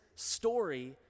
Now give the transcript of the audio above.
Story